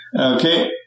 Okay